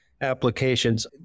applications